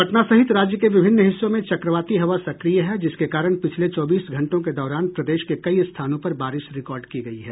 पटना सहित राज्य के विभिन्न हिस्सों में चक्रवाती हवा सक्रिय है जिसके कारण पिछले चौबीस घंटों के दौरान प्रदेश के कई स्थानों पर बारिश रिकॉर्ड की गयी है